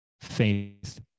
faith